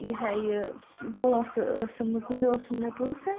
یہِ ہہ یہِ سُہ پونسہٕ ٲسِم نہٕ کُنہِ اوسُم نہٕ پونٛسَے